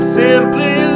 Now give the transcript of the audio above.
simply